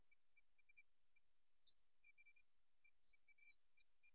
ஒரு நபர் தனது உறுதியான நிலைப்பாட்டைத் தேர்வுசெய்கிறார்